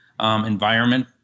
environment